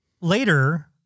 later